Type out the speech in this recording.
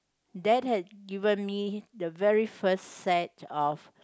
that has given me the very first set of